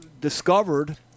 discovered